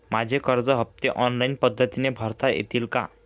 माझे कर्ज हफ्ते ऑनलाईन पद्धतीने भरता येतील का?